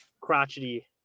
Crotchety